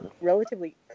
relatively